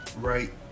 right